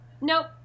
Nope